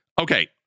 Okay